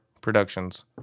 Productions